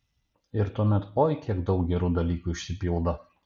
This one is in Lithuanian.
ir tuomet oi kiek daug gerų dalykų išsipildo